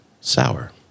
Sour